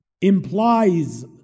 implies